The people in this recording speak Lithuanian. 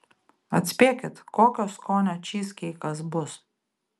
atspėkit kokio skonio čyzkeikas bus